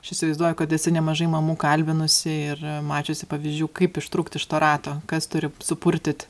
aš įsivaizduoju kad esi nemažai mamų kalbinusi ir mačiusi pavyzdžių kaip ištrūkt iš to rato kas turi supurtyt